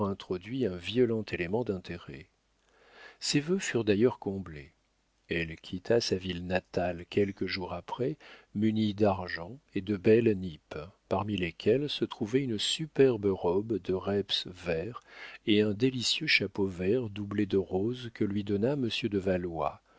un violent élément d'intérêt ses vœux furent d'ailleurs comblés elle quitta sa ville natale quelques jours après munie d'argent et de belles nippes parmi lesquelles se trouvait une superbe robe de reps vert et un délicieux chapeau vert doublé de rose que lui donna monsieur de valois